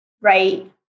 right